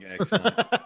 excellent